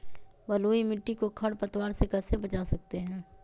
बलुई मिट्टी को खर पतवार से कैसे बच्चा सकते हैँ?